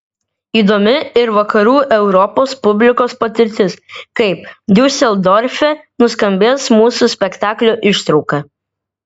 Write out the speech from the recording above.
įdomi ir vakarų europos publikos patirtis kaip diuseldorfe nuskambės mūsų spektaklio ištrauka